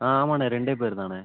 ஆ ஆமாண்ண ரெண்டே பேர் தாண்ண